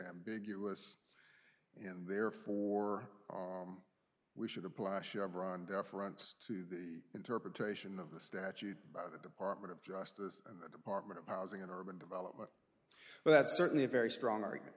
ambiguous and therefore we should apply chevron deference to the interpretation of the statute by the department of justice and the department of housing and urban development but that's certainly a very strong